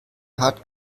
hat